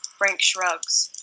frank shrugs.